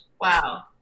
Wow